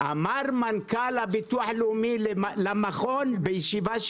אמר מנכ"ל הביטוח הלאומי למכון בישיבה: